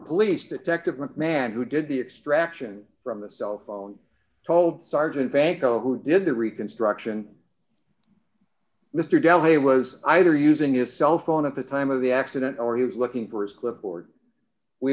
police detective mcmahon who did the extraction from the cell phone told sergeant vanko who did the reconstruction mr devlin was either using his cell phone at the time of the accident or he was looking for his clipboard we